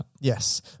Yes